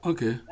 Okay